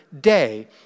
day